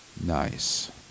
Nice